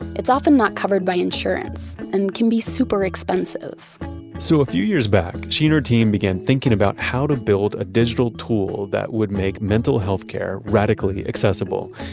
it's often not covered by insurance and can be super expensive so a few years back, she and her team began thinking about how to build a digital tool that would make mental healthcare radically accessible.